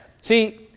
See